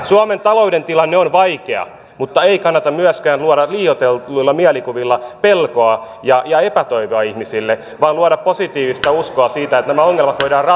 suomen talouden tilanne on vaikea mutta ei kannata myöskään luoda liioitelluilla mielikuvilla pelkoa ja epätoivoa ihmisille vaan luoda positiivista uskoa siihen että nämä ongelmat voidaan ratkoa